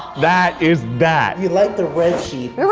that is that. you liked the red sheep.